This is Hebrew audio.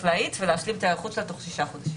להאיץ ולהפסיק את ההיערכות שלה תוך שישה חודשים.